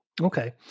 Okay